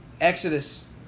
Exodus